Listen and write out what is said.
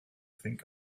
think